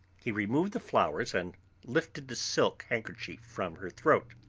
he removed the flowers and lifted the silk handkerchief from her throat.